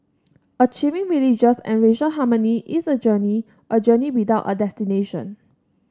achieving religious and racial harmony is a journey a journey without a destination